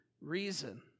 reason